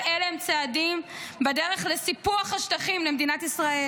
כל אלה הם צעדים בדרך לסיפוח השטחים למדינת ישראל,